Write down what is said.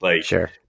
Sure